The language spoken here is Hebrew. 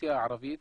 האוכלוסייה הערבית